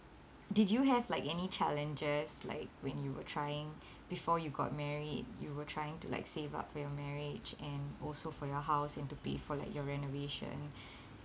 did you have like any challenges like when you were trying before you got married you were trying to like save up for your marriage and also for your house and to pay for like your renovation